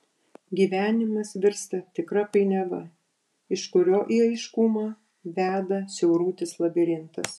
gyvenimas virsta tikra painiava iš kurio į aiškumą veda siaurutis labirintas